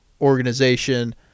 Organization